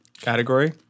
Category